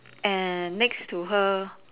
and next to her